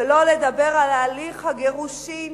שלא לדבר על הליך הגירושין